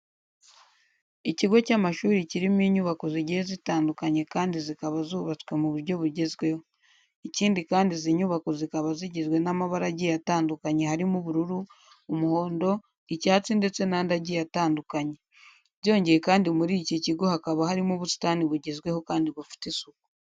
Ikigo cy'amashuri kirimo inyubako zigiye zitandukanye kandi zikaba zubatswe mu buryo bugezweho. Ikindi kandi izi nyubako zikaba zigizwe n'amabara agiye atandukanye harimo ubururu, umuhondo, icyatsi ndetse n'andi agiye atandukanye. Byongeye kandi muri iki kigo hakaba harimo ubusitani bugezweho kandi bufite isuku.